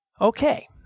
Okay